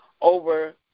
over